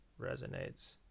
resonates